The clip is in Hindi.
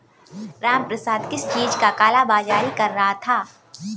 रामप्रसाद किस चीज का काला बाज़ारी कर रहा था